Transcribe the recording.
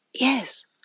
Yes